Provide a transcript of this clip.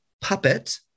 Puppet